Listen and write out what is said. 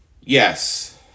yes